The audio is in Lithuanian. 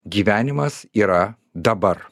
gyvenimas yra dabar